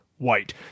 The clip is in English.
white